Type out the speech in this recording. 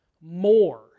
more